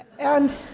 and